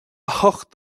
hocht